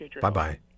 Bye-bye